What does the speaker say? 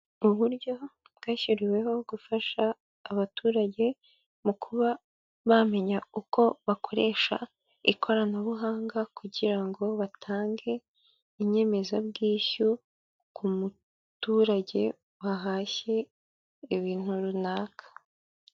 Uburyo bwashyiriweho gufasha abaturage mu kuba bamenya uko bakoresha ikoranabuhanga kugira ngo batange inyemezabwishyu ku muturage wahashye ibintu runaka.